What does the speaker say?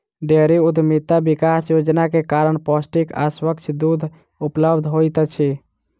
dairy उद्यमिता विकास योजना के कारण पौष्टिक आ स्वच्छ दूध उपलब्ध होइत अछि